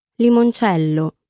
Limoncello